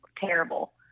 terrible